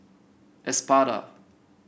Espada